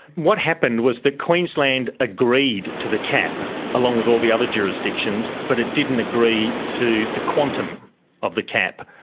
what happened was that queensland agreed to the cap along with all the other jurisdictions, but it didn't agree to the quantum of the cap.